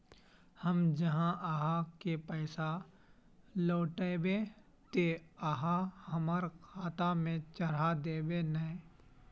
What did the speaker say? हम जे आहाँ के पैसा लौटैबे ते आहाँ हमरा खाता में चढ़ा देबे नय?